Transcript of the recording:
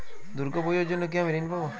দুর্গা পুজোর জন্য কি আমি ঋণ পাবো?